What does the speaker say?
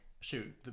Shoot